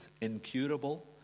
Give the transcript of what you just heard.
incurable